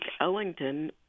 Ellington